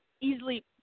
easily